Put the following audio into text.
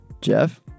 Jeff